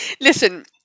Listen